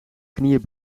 knieën